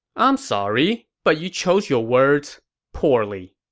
i'm sorry, but you chose your words, poorly.